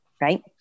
right